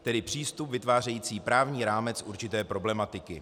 Tedy přístup vytvářející právní rámec určité problematiky.